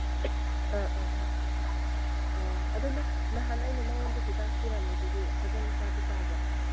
ꯑ ꯑ ꯑ ꯑ ꯑꯗꯨ ꯅꯪ ꯅꯍꯥꯟ ꯑꯩꯅ ꯅꯉꯣꯟꯗ ꯍꯤꯗꯥꯛ ꯄꯤꯔꯝꯕꯗꯨꯗꯤ ꯐꯖꯅ ꯆꯥꯗꯤ ꯆꯥꯕ꯭ꯔ